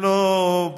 והן לא באות,